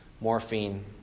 morphine